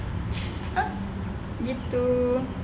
!huh! gitu